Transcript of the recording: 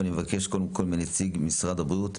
אני מבקש, קודם כל, מנציגת משרד הבריאות,